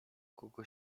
kogo